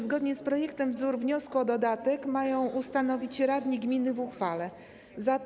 Zgodnie z projektem wzór wniosku o dodatek mają ustanowić radni gminy w drodze uchwały.